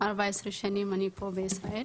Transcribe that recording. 14 שנים אני פה בישראל